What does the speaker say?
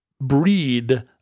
breed